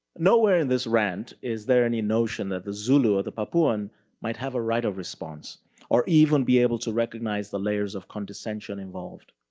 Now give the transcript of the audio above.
nowhere in this rant is there any notion that the zulu or the papuan might have a right of response or even be able to recognize the layers of condescension involved.